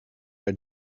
her